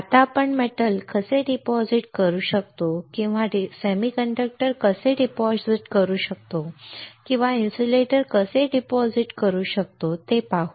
आता आपण मेटल कसे डिपॉझिट करू शकतो किंवा सेमीकंडक्टर कसे डिपॉझिट करू शकतो किंवा इन्सुलेटर कसे डिपॉझिट करू शकतो ते पाहू